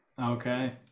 Okay